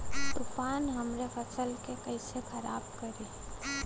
तूफान हमरे फसल के कइसे खराब करी?